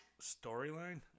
storyline